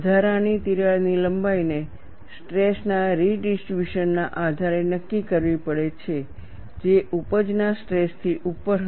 વધારાની તિરાડની લંબાઈને સ્ટ્રેસના રીડિસ્ટ્રિબ્યુશન ના આધારે નક્કી કરવી પડે છે જે ઊપજના સ્ટ્રેસથી ઉપર હતા